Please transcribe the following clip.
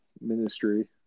ministry